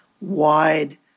wide